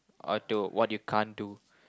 or to what you can't do